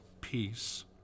peace